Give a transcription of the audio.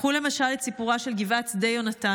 קחו למשל את סיפורה של גבעת שדה יהונתן,